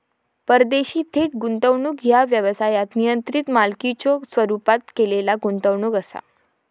परदेशी थेट गुंतवणूक ह्या व्यवसायात नियंत्रित मालकीच्यो स्वरूपात केलेला गुंतवणूक असा